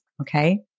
okay